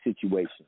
situation